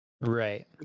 Right